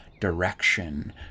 direction